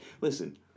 Listen